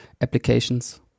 applications